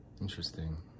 interesting